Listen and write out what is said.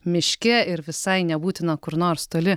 miške ir visai nebūtina kur nors toli